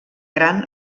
gran